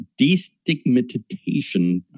destigmatization